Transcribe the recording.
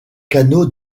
canaux